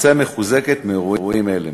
תצא מחוזקת מאירועים אלו.